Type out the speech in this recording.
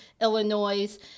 Illinois